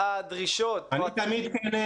אני תמיד כן.